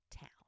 town